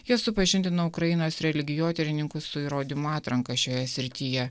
jie supažindino ukrainos religijotyrininkus su įrodymų atranka šioje srityje